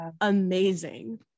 amazing